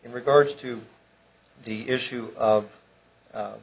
in regards to the issue of